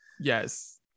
Yes